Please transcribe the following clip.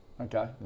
Okay